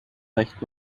recht